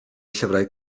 llyfrau